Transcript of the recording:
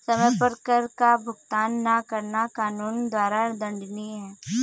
समय पर कर का भुगतान न करना कानून द्वारा दंडनीय है